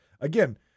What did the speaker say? again